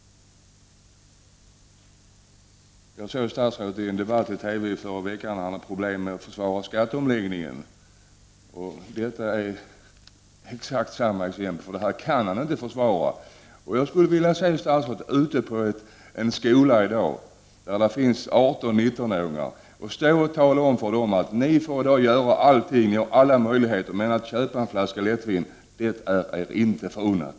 Jag såg statsrådet i en debatt i TV i förra veckan. Han hade problem med att försvara skatteomläggningen. Det är exakt samma exempel. Detta kan han inte försvara. Jag skulle vilja se statsrådet ute på en skola där det finns 18—19-åringar stå och tala om för dem: Ni har alla möjligheter och får göra allting, men köpa en flaska lättvin är er inte förunnat.